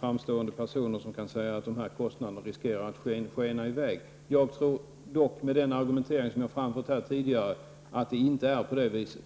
framstående personer som kan säga att kostnaderna riskerar att skena i väg. Jag tror dock inte, med den argumentering som jag här har framfört, att det är på det viset.